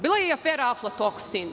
Bila je i afera aflatoksin.